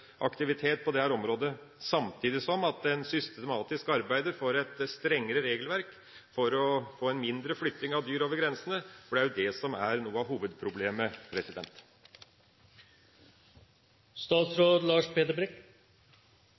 på dette området, samtidig som en systematisk arbeider for et strengere regelverk for å få mindre flytting av dyr over grensene, for det er det som er noe av hovedproblemet.